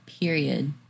Period